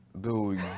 dude